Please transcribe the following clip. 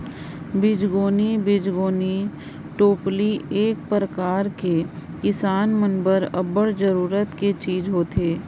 बीजगोनी बीजगोनी टोपली एक परकार कर किसान मन बर अब्बड़ जरूरत कर चीज होथे